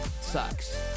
sucks